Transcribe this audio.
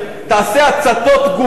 יש כאן טרור של הצתות,